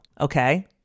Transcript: Okay